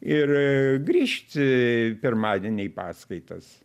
ir grįžt pirmadienį į paskaitas